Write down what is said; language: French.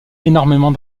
énormément